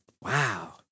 Wow